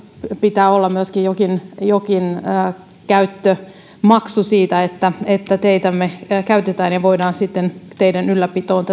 pitää myöskin olla jokin käyttömaksu siitä että että teitämme käytetään ja tätä ainakin osaa siitä voidaan sitten teiden ylläpitoon